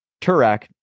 Turek